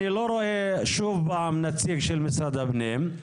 אני לא רואה שוב פעם נציג של משרד הפנים,